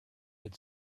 had